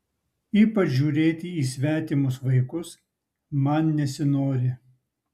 ypač žiūrėti į svetimus vaikus man nesinori